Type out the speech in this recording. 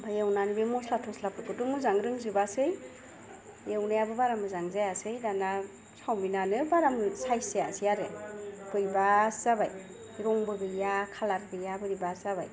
ओमफ्राय एवनानै बे मसला थसलाफोरखौथ' मोजाङै रोंजोबासै एवनायाबो बारा मोजाङै जायासै दाना सावमिन आनो बारा साइस जायासै आरो बोरैबासो जाबाय रंबो गैया खालार गैया बोरैबासो जाबाय